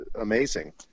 amazing